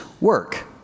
work